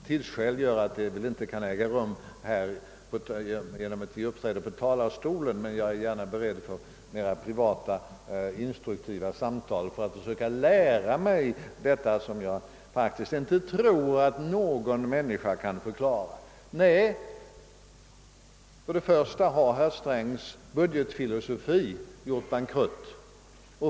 Tidsskäl gör att det väl inte kan äga rum här genom att vi uppträder i denna talarstol, men jag är beredd att delta i mera privata, instruktiva samtal för att försöka lära mig detta, som jag dock inte tror att någon människa kan förklara. För det första har alltså herr Strängs budgetfilosofi gjort bankrutt.